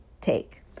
take